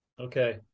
Okay